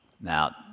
Now